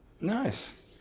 Nice